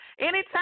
Anytime